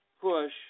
push –